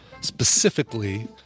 specifically